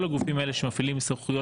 כל הגופים האלה שמפעילים סמכויות